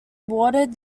awarded